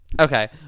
Okay